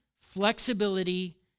flexibility